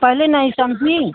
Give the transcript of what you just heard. पहले नहीं समझी